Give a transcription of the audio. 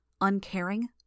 Uncaring